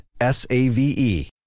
S-A-V-E